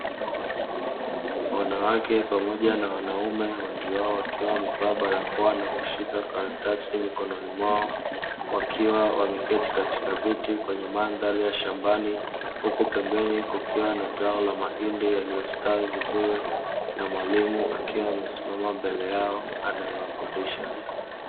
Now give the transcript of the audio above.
Wanawake pamoja na Wanaume wengi wao wakiwa wamevaa barakoa, na kushika karatasi mikononi mwao, wakiwa wameketi katika viti kwenye mandhari ya shambani, huku pembeni kukiwa na zao la mahindi yaliyostawi vizuri, na mwalimu akiwa amesimama mbele yao anayewafundisha.